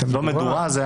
לא מדורה.